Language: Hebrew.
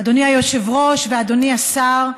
אדוני היושב-ראש ואדוני השר,